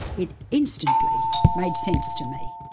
it instantly made sense to me.